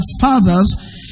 fathers